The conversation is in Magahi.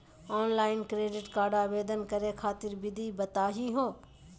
ऑनलाइन क्रेडिट कार्ड आवेदन करे खातिर विधि बताही हो?